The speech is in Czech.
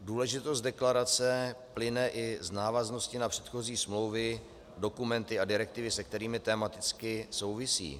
Důležitost deklarace plyne i z návaznosti na předchozí smlouvy, dokumenty a direktivy, se kterými tematicky souvisí.